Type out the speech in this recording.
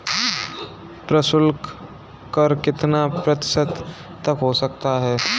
प्रशुल्क कर कितना प्रतिशत तक हो सकता है?